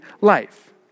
life